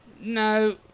No